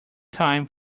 time